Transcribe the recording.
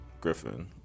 Griffin